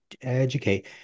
educate